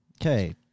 Okay